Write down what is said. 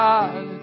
God